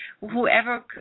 whoever